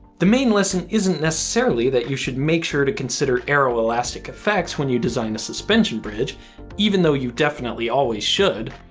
the main lesson isn't necessarily that you should make sure to consider aeroelastic effect when you design a suspension bridge even though you definitely always should,